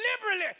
Liberally